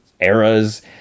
eras